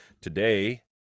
today